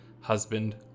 husband